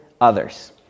others